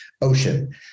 ocean